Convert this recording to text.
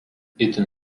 itin